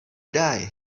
die